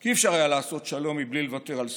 כי לא היה אפשר לעשות שלום בלי לוותר על סיני.